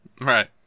Right